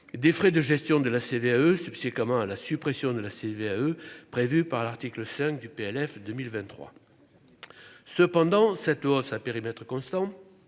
des frais de gestion de la CVAE commun à la suppression de la CVAE prévue par l'article 5 du PLF 2023 cependant, cette hausse à périmètre constant